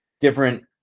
different